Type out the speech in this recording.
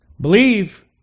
Believe